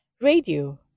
Radio